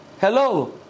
Hello